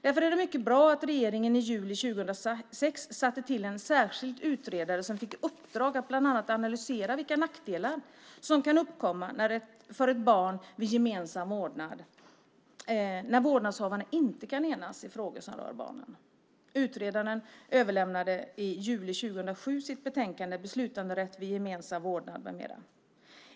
Därför är det mycket bra att regeringen i juli 2006 satte till en särskild utredare som fick i uppdrag att bland annat analysera vilka nackdelar som kan uppkomma för ett barn vid gemensam vårdnad när vårdnadshavarna inte kan enas i frågor som rör barnen. Utredaren överlämnade i juli 2007 sitt betänkande Beslutanderätt vid gemensam vårdnad m.m.